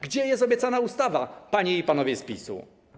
Gdzie jest obiecana ustawa, panie i panowie z PiS-u?